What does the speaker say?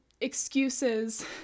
excuses